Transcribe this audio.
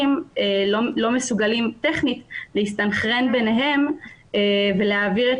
לא מסוגלים טכנית להסתנכרן ביניהם ולהעביר את